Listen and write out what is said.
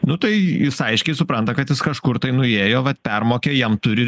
nu tai jis aiškiai supranta kad jis kažkur tai nuėjo vat permokėjo jam turi